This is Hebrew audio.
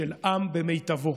של עם במיטבו,